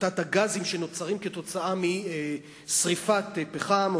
הפחתת הגזים שנוצרים כתוצאה משרפת פחם,